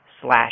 slash